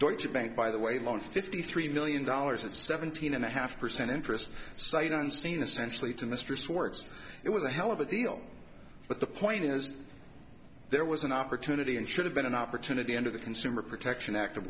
don't you bank by the way loans fifty three million dollars at seventeen and a half percent interest sight unseen essentially to mistrust works it was a hell of a deal but the point is there was an opportunity and should have been an opportunity under the consumer protection act